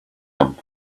him